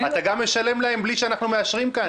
אתה גם משלם להם בלי שאנחנו מאשרים כאן?